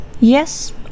Yes